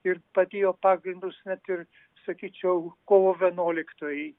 ir padėjo pagrindus net ir sakyčiau kovo vienuoliktai